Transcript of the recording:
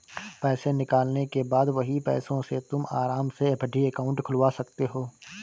पैसे निकालने के बाद वही पैसों से तुम आराम से एफ.डी अकाउंट खुलवा सकते हो